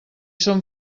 són